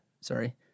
Sorry